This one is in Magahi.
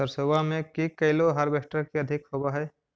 सरसोबा मे की कैलो हारबेसटर की अधिक होब है?